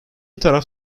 taraf